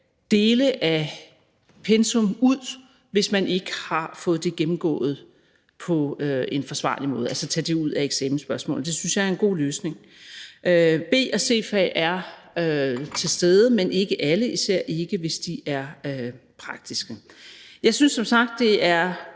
dele af pensummet ud, hvis man ikke har fået det gennemgået på en forsvarlig måde, altså tage det ud som eksamensspørgsmål. Det synes jeg er en god løsning. B- og C-fag er til stede, men ikke alle, især ikke hvis de er praktiske. Jeg synes som sagt, det er